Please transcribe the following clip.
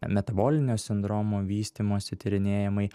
metabolinio sindromo vystymosi tyrinėjimai